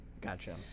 Gotcha